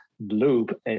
loop